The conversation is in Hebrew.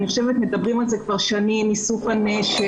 אני חושבת שמדברים על זה כבר שנים איסוף הנשק,